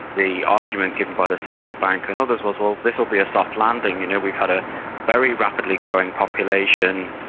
the argument given by the central bank and others was this will be a soft landing, you know we've had a very rapidly growing population,